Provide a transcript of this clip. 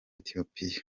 ethiopia